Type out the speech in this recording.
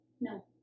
No